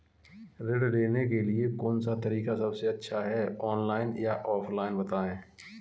ऋण लेने के लिए कौन सा तरीका सबसे अच्छा है ऑनलाइन या ऑफलाइन बताएँ?